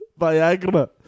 Viagra